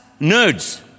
Nerds